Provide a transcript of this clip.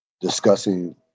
discussing